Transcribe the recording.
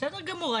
בסדר גמור,